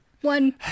One